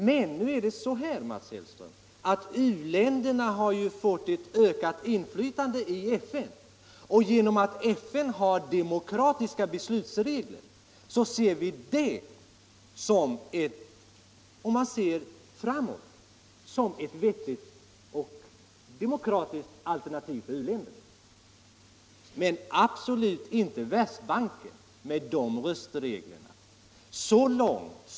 Men, Mats Hellström, genom att u-länderna har fått ett ökat inflytande i FN och genom att FN har demokratiska beslutsregler så menar vi — om man ser framåt — att FN är ett vettigt och demokratiskt alternativ för u-länderna — men absolut inte Världsbanken med de röstregler den har.